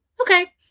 okay